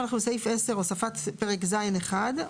סעיף 10, הוספת פרק ז'1.